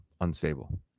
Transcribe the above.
unstable